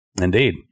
Indeed